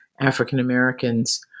African-Americans